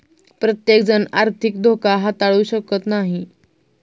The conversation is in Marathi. प्रत्येकजण आर्थिक धोका हाताळू शकत नाही